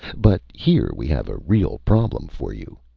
but here we have a real problem for you!